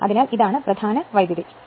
അതിനാൽ ഇതാണ് പ്രധാന കറന്റ്